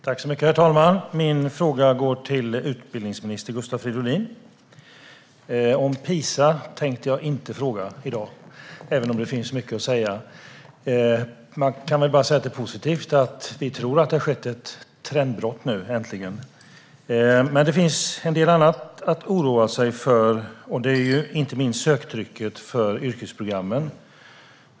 Herr talman! Min fråga går till utbildningsminister Gustav Fridolin. PISA tänkte jag inte fråga om i dag, även om det finns mycket att säga. Det är dock positivt att ett trendbrott äntligen verkar ha skett. Det finns en del annat att oroa sig för, inte minst söktrycket för yrkesprogrammen.